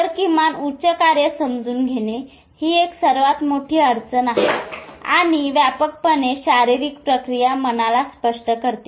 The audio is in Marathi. तर किमान उच्च कार्ये समजून घेणे ही एक सर्वात मोठी अडचण आहे आणि व्यापकपणे शारीरिक प्रक्रिया मनाला स्पष्ट करते